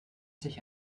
sich